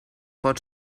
pot